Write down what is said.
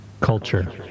Culture